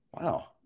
Wow